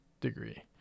degree